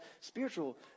spiritual